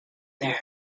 there